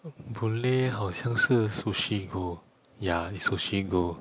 boon lay 好像是 Sushi Go ya it's Sushi Go